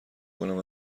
کنم